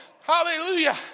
Hallelujah